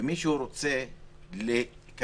ומישהו רוצה להיכנס